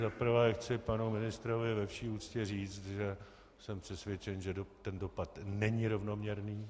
Za prvé chci panu ministrovi ve vší úctě říct, že jsem přesvědčen, že ten dopad není rovnoměrný.